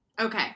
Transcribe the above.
Okay